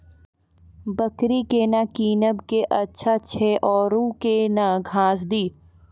बकरी केना कीनब केअचछ छ औरू के न घास दी?